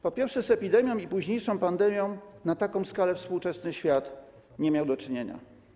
Po pierwsze, z epidemią i późniejszą pandemią na taką skalę współczesny świat nie miał do czynienia.